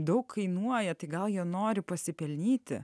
daug kainuoja tai gal jie nori pasipelnyti